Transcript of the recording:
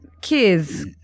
kids